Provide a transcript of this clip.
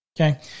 okay